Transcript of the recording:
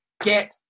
Get